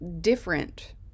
different